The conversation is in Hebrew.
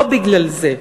לא בגלל זה.